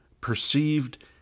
perceived